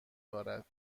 بارد